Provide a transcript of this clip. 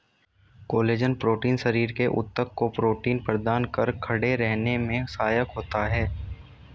collagen protein शरीर के ऊतक को प्रोटीन प्रदान कर खड़े रहने में सहायक होता है